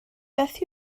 beth